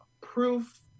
proof